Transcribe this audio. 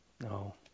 no